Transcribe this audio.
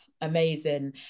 amazing